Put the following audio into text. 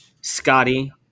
Scotty